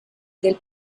del